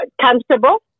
comfortable